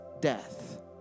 death